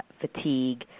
fatigue